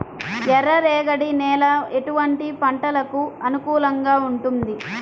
ఎర్ర రేగడి నేల ఎటువంటి పంటలకు అనుకూలంగా ఉంటుంది?